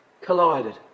collided